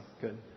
good